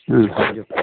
হ'ব দিয়ক